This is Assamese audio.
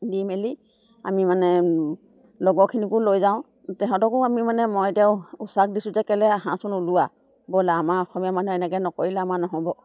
দি মেলি আমি মানে লগৰখিনিকো লৈ যাওঁ সিহঁতকো আমি মানে মই এতিয়া উৎসাহ দিছোঁ যে কেলৈ আহাঁচোন ওলোৱা ব'লা আমাৰ অসমীয়া মানুহে এনেকৈ নকৰিলে আমাৰ নহ'ব